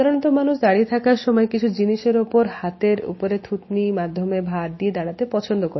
সাধারণত মানুষ দাঁড়িয়ে থাকার সময় কিছু জিনিসের ওপর হাতের উপরে থুতনি মাধ্যমে ভার দিয়ে দাঁড়াতে পছন্দ করে